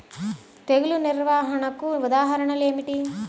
తెగులు నిర్వహణకు ఉదాహరణలు ఏమిటి?